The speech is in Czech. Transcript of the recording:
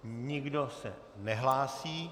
Nikdo se nehlásí.